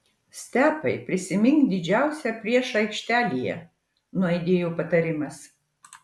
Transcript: stepai prisimink didžiausią priešą aikštelėje nuaidėjo patarimas